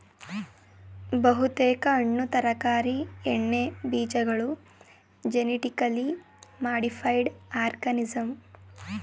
ಬಹುತೇಕ ಹಣ್ಣು ತರಕಾರಿ ಎಣ್ಣೆಬೀಜಗಳು ಜೆನಿಟಿಕಲಿ ಮಾಡಿಫೈಡ್ ಆರ್ಗನಿಸಂ